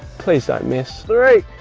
please don't miss. three.